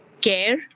care